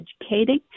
educating